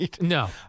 No